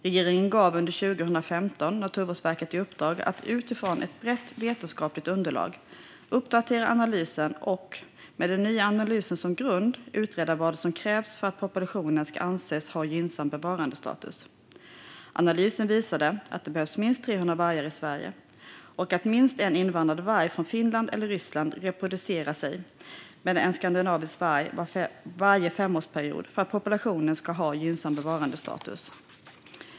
Regeringen gav under 2015 Naturvårdsverket i uppdrag att utifrån ett brett vetenskapligt underlag uppdatera analysen och, med den nya analysen som grund, utreda vad som krävs för att populationen ska anses ha gynnsam bevarandestatus. Analysen visade att det behövs minst 300 vargar i Sverige och att minst en invandrad varg från Finland eller Ryssland reproducerar sig med en skandinavisk varg varje femårsperiod för att populationen ska ha gynnsam bevarandestatus.